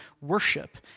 worship